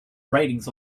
ratings